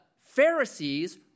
Pharisees